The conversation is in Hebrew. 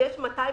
כשיש 250